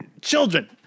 children